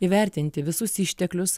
įvertinti visus išteklius